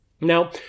Now